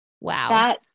Wow